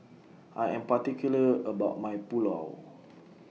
I Am particular about My Pulao